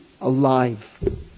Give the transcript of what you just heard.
alive